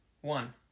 One